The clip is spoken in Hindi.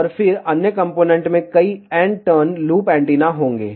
और फिर अन्य कॉम्पोनेन्ट में कई n टर्न लूप एंटीना होंगे